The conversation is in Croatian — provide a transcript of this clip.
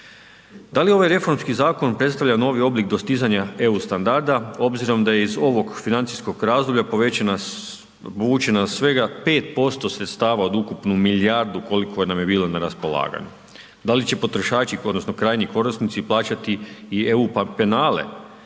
Da li ovaj reformski zakon predstavlja novi oblik dostizanja eu standarda obzirom da je iz ovog financijskog razdoblja povećana, povućena svega 5% sredstava od ukupno milijardu koliko nam je bilo na raspolaganju. Da li će potrošači, odnosno krajnji korisnici plaćati i eu penale